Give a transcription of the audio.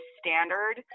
standard